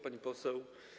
Pani Poseł!